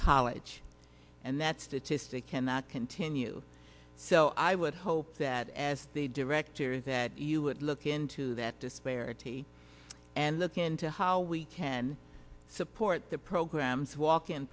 college and that statistic cannot continue so i would hope that as a director that you would look into that disparity and look into how we can support the programs walk in